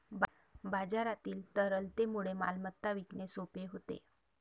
बाजारातील तरलतेमुळे मालमत्ता विकणे सोपे होते